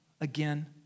again